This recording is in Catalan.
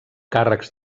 càrrecs